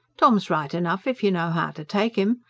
tom's right enough if you know how to take him.